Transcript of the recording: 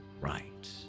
right